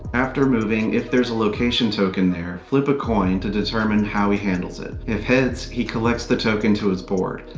after moving, if there's a location token there, flip a coin to determine how he handles it. if heads, he collects the token to his board.